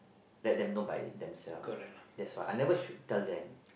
let them know by themself that's why I never should tell them